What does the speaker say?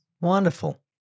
wonderful